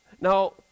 Now